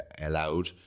allowed